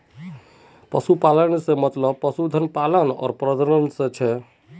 पशुपालन स मतलब पशुधन पालन आर प्रजनन स छिके